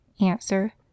Answer